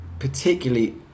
Particularly